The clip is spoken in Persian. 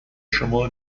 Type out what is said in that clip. شما